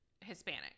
Hispanic